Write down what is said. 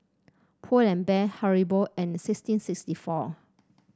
Pull and Bear Haribo and sixteen sixty four